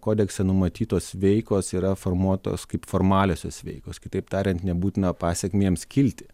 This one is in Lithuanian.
kodekse numatytos veikos yra formuotos kaip formaliosios veikos kitaip tariant nebūtina pasekmėms kilti